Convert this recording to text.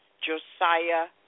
Josiah